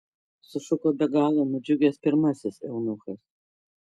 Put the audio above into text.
sušuko be galo nudžiugęs pirmasis eunuchas